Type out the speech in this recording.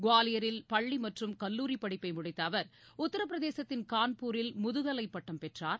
குவாலியரில் பள்ளி மற்றும் கல்லூரி படிப்பை முடித்த அவர் உத்திரபிரதேசத்தின் கான்பூரில் முதுகலை பட்டம் பெற்றார்